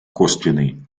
косвенный